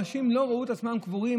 אנשים לא ראו את עצמם קבורים,